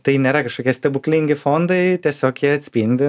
tai nėra kažkokie stebuklingi fondai tiesiog jie atspindi